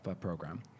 program